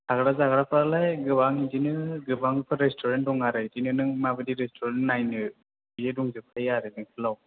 थाग्रा जाग्राफ्रालाय गोबां बिदिनो गोबांफोर रेस्टुरेन्त दं आरो बिदिनो नों माबायदि रेस्टुरेन्त नायनो बियो दंजोबखायो आरो बेंटलाव